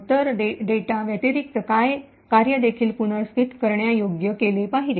तर डेटा व्यतिरिक्त कार्य देखील पुनर्स्थित करण्यायोग्य केले पाहिजे